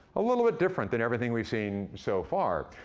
a little bit different than everything we've seen so far.